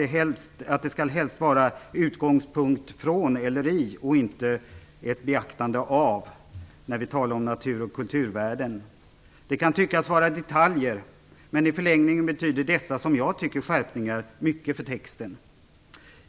Helst skall det vara "utgångspunkt från/i", inte "ett beaktande av" när vi talar om natur och kulturvärden. Det kan tyckas vara detaljer, men i en förlängning betyder dessa, som jag tycker, skärpningar mycket för texten.